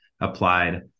applied